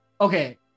Okay